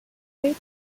great